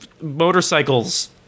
motorcycles